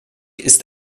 ist